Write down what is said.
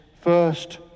first